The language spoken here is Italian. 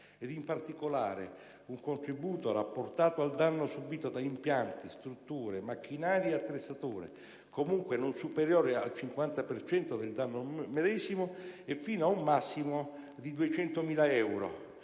e, in particolare, un contributo rapportato al danno subito da impianti, strutture, macchinari e attrezzature, comunque non superiore al 50 per cento del danno medesimo e fino ad un massimo di 200.000 euro;